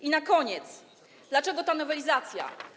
I na koniec: Dlaczego ta nowelizacja?